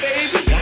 Baby